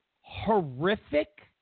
horrific